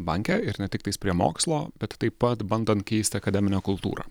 banke ir ne tiktais prie mokslo bet taip pat bandant keisti akademinę kultūrą